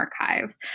Archive